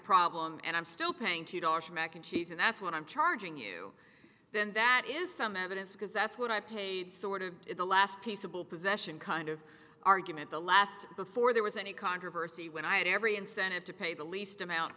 problem and i'm still paying two dollars for mac and cheese and that's what i'm charging you then that is some evidence because that's what i paid sort of in the last peaceable possession kind of argument the last before there was any controversy when i had every incentive to pay the least amount